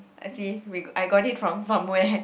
I see we I got it from somewhere